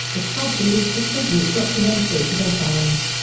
the club released a tribute documentary to their fans.